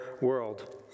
world